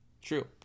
True